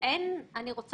אין ויכוח